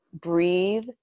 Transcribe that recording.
breathe